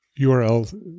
URL